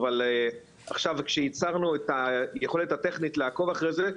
אבל עכשיו שייצרנו את היכולת הטכנית לעקוב אחרי זה,